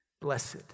Blessed